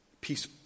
peace